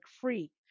free